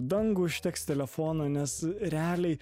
dangų užteks telefono nes realiai